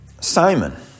Simon